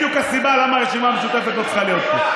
זאת בדיוק הסיבה שהרשימה המשותפת לא צריכה להיות פה.